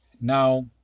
Now